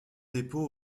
dépôt